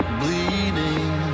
bleeding